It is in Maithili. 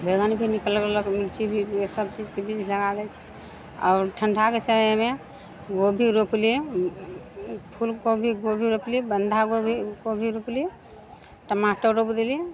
बैगन भी निकललक मिर्ची भी ई सभ चीजके बीज लगा लै छी आओर ठण्डाके समयमे गोभी रोपलियै फूल गोभी गोभी रोपलियै बन्धा गोभी गोभी रोपलियै टमाटर रोपि देलियै